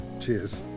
Cheers